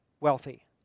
wealthy